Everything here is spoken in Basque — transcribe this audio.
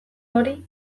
hori